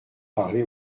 parler